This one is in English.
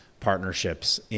partnerships